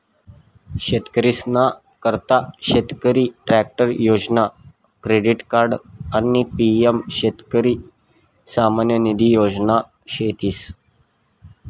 शेतकरीसना करता शेतकरी ट्रॅक्टर योजना, क्रेडिट कार्ड आणि पी.एम शेतकरी सन्मान निधी योजना शेतीस